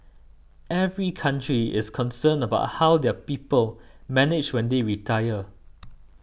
every country is concerned about how their people manage when they retire